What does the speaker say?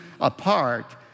apart